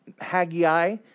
Haggai